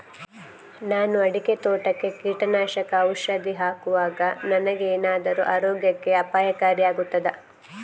ನಾನು ಅಡಿಕೆ ತೋಟಕ್ಕೆ ಕೀಟನಾಶಕ ಔಷಧಿ ಹಾಕುವಾಗ ನನಗೆ ಏನಾದರೂ ಆರೋಗ್ಯಕ್ಕೆ ಅಪಾಯಕಾರಿ ಆಗುತ್ತದಾ?